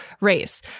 race